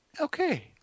okay